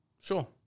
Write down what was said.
Sure